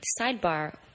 Sidebar